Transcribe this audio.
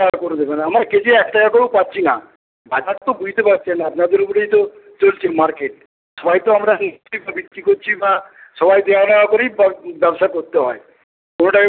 আপনি পঁচিশ টাকা করে দেবেন আমার কেজি এক টাকা করেও পাচ্ছি না বাজার তো বুঝতে পারছেন আপনাদের উপরেই তো চলছে মার্কেট হয়তো আমরা বিক্রি করছি সবাই দেওয়া নেওয়া করেই ব্যবসা করতে হয়